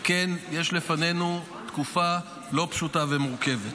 וכן, יש לפנינו תקופה לא פשוטה ומורכבת.